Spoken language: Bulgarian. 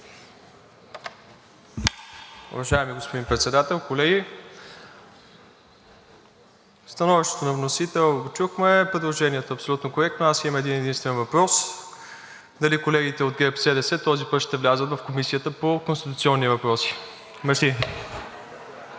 Уважаеми господин Председател, колеги! Становището на вносителя го чухме, предложението е абсолютно коректно. Аз имам един-единствен въпрос: дали колегите от ГЕРБ-СДС този път ще влязат в Комисията по конституционни въпроси? Мерси.